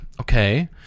Okay